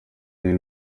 n’iyi